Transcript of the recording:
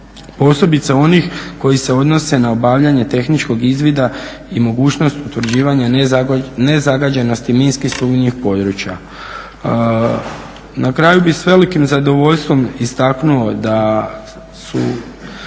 posebice onih koji se odnose na obavljanje tehničkog izvida i mogućnost utvrđivanja nezagađenosti minski sumnjivih područja. Na kraju bih s velikim zadovoljstvom istaknuo da su